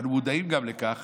אנו מודעים גם לכך